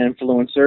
influencer